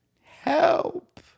help